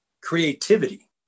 creativity